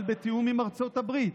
אבל בתיאום עם ארצות הברית.